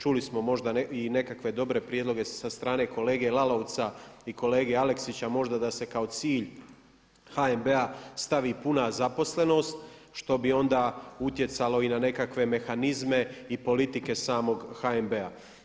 Čuli smo možda i nekakve dobre prijedloge sa strane kolege Lalovca i kolege Aleksića možda da se kao cilj HNB-a stavi puna zaposlenost što bi onda utjecalo i na nekakve mehanizme i politike samog HNB-a.